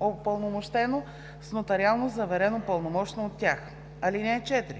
упълномощено с нотариално заверено пълномощно от тях. (4)